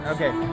Okay